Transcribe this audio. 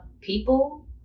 people